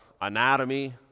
anatomy